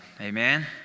Amen